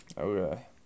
Okay